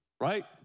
right